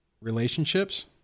relationships